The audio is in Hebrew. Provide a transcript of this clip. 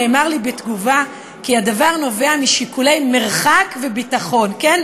נאמר לי בתגובה כי הדבר נובע משיקולי מרחק וביטחון" כן,